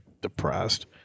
depressed